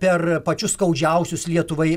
per pačius skaudžiausius lietuvai